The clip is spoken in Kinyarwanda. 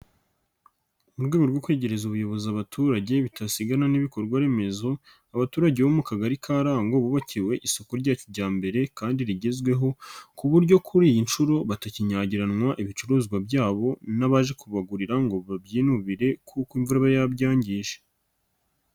Mu rwego rwo kwegereza ubuyobozi abaturage bitasigana n'ibikorwa remezo, abaturage bo mu kagari ka Rango bubakiwe isoko rya kijyambere kandi rigezweho ku buryo kuri iyi nshuro batakinyagiranwa ibicuruzwa byabo, n'abaje kubagurira ngo babyinubire kuko imvura yabyangije.